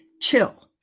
chill